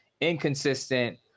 inconsistent